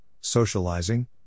socializing